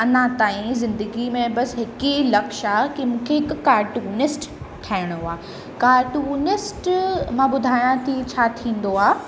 अञा ताईं ज़िंदगी में बस हिक ई लक्ष्य आहे कि मूंखे हिकु कार्टूनिस्ट ठाहिणो आहे कार्टूनिस्ट मां ॿुधायां थी छा थींदो आहे